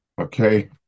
Okay